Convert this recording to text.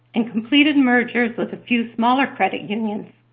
and completed mergers with a few smaller credit unions.